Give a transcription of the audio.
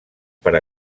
per